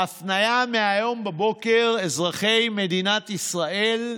ההפניה מהיום בבוקר, אזרחי מדינת ישראל,